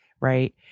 right